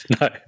no